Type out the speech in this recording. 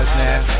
man